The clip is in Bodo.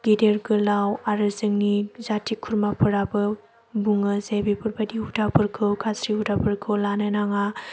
गेदेर गोलाव आरो जोंनि जाति खुरमाफोराबो बुङो जे बेफोरबायदि हुदाफोरखौ गाज्रि हुदाफोरखौ लानो नाङा